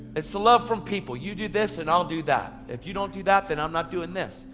it's the love from people, you do this, and i'll do that. if you don't do that, then i'm not doing this.